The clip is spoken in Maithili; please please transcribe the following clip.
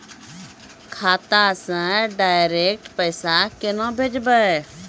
खाता से डायरेक्ट पैसा केना भेजबै?